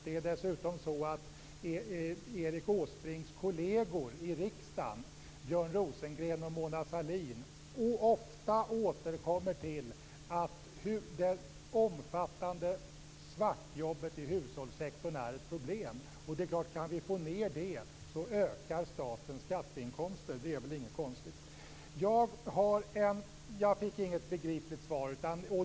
Det är dessutom så att Erik Åsbrinks kolleger i regeringen, Björn Rosengren och Mona Sahlin, ofta återkommer till att det omfattande svartjobbet i hushållssektorn är ett problem. Om vi kan få ned det, ökar statens skatteinkomster. Det är väl inget konstigt med det. Jag fick inget begripligt svar.